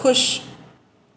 खु़शि